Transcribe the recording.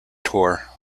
tour